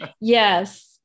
Yes